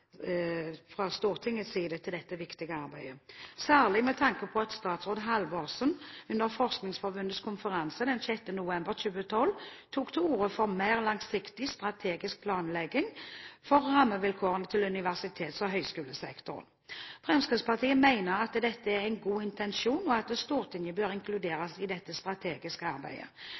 Stortingets side til dette viktige arbeidet, særlig med tanke på at statsråd Halvorsen under Forskerforbundets konferanse den 6. november 2012 tok til orde for mer langsiktig strategisk planlegging av rammevilkårene til universitets- og høyskolesektoren. Fremskrittspartiet mener at dette er en god intensjon, og at Stortinget bør inkluderes i dette strategiske arbeidet.